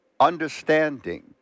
understanding